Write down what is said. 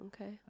okay